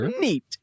neat